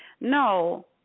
No